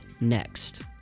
next